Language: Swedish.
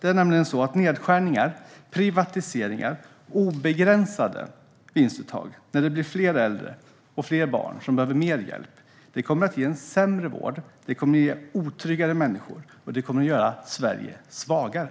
När det blir fler äldre och fler barn som behöver mer hjälp kommer nedskärningar, privatiseringar och obegränsade vinstuttag att ge en sämre vård och otryggare människor och göra Sverige svagare.